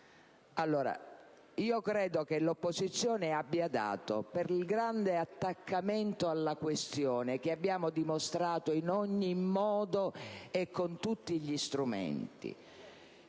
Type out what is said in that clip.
allora che l'opposizione abbia dato, per il grande attaccamento alla questione che abbiamo dimostrato in ogni modo e con tutti gli strumenti,